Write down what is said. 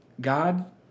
God